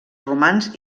romans